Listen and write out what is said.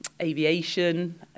aviation